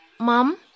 Mom